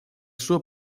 suo